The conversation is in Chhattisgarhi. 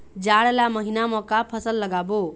जाड़ ला महीना म का फसल लगाबो?